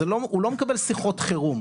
הוא לא מקבל שיחות חירום.